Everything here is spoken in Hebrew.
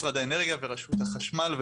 משרד האנרגיה ורשות החשמל,